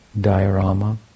diorama